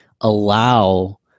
allow